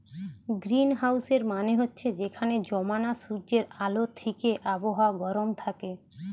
গ্রীনহাউসের মানে হচ্ছে যেখানে জমানা সূর্যের আলো থিকে আবহাওয়া গরম থাকে